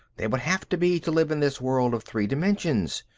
they would have to be to live in this world of three dimensions.